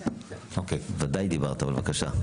ודאי דיברת, אבל בבקשה.